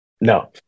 No